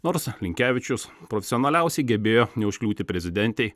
nors linkevičius profesionaliausiai gebėjo neužkliūti prezidentei